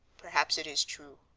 perhaps it is true,